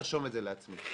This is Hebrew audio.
ארשום את זה לעצמי,